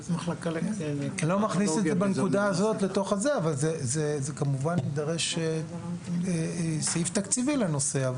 אני לא מכניס את זה בנקודה הזאת אבל כמובן יידרש סעיף תקציבי לנושא.